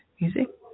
music